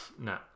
No